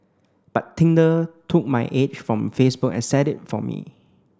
but Tinder took my age from Facebook and set it for me